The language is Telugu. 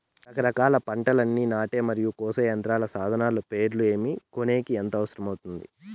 రకరకాల పంటలని నాటే మరియు కోసే యంత్రాలు, సాధనాలు పేర్లు ఏమి, కొనేకి ఎంత అవసరం అవుతుంది?